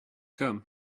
come